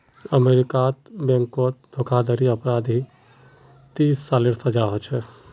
अमेरीकात बैनकोत धोकाधाड़ी अपराधी तीस सालेर सजा होछे